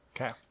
Okay